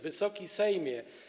Wysoki Sejmie!